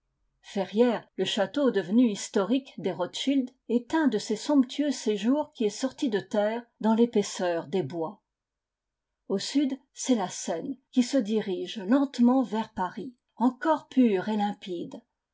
ferrières le château devenu historique des rothschild est un de ces somptueux séjours qui est sorti de terre dans l'épaisseur des bois au sud c'est la seine qui se dirige lentement vers paris encore pure et limpide